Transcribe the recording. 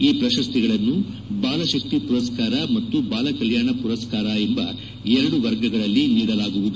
ಈ ಪ್ರಶಸ್ತಿಗಳನ್ನು ಬಾಲ ಶಕ್ತಿ ಮರಸ್ಕಾರ ಮತ್ತು ಬಾಲ ಕಲ್ಲಾಣ ಪುರಸ್ನಾರ ಎಂಬ ಎರಡು ವರ್ಗಗಳಲ್ಲಿ ನೀಡಲಾಗುವುದು